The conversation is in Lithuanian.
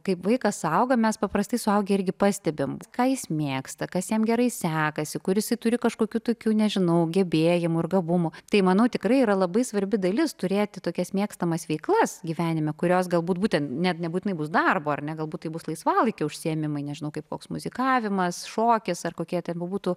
kaip vaikas auga mes paprastai suaugę irgi pastebim ką jis mėgsta kas jam gerai sekasi kur jisai turi kažkokių tokių nežinau gebėjimų ar gabumų tai manau tikrai yra labai svarbi dalis turėti tokias mėgstamas veiklas gyvenime kurios galbūt būtent net nebūtinai bus darbo ar ne galbūt tai bus laisvalaikio užsiėmimai nežinau kaip koks muzikavimas šokis ar kokie ten bebūtų